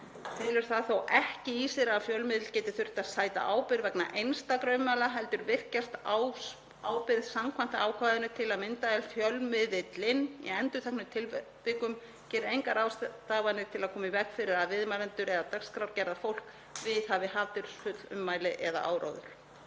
felur það þó ekki í sér að fjölmiðill geti þurft að sæta ábyrgð vegna einstakra ummæla heldur virkjast ábyrgð samkvæmt ákvæðinu til að mynda ef fjölmiðillinn í endurteknum tilvikum gerir engar ráðstafanir til að koma í veg fyrir að viðmælendur eða dagskrárgerðarfólk viðhafi hatursfull ummæli eða áróður.